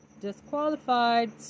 disqualified